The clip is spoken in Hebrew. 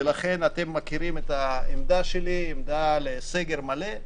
ולכן אתם מכירים את העמדה שלי בעד סגר מלא.